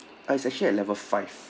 uh it's actually at level five